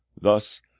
Thus